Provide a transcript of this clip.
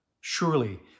Surely